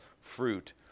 fruit